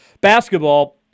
basketball